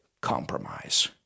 compromise